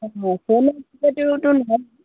অঁ ফোনৰ যোগেদিওতো নহয়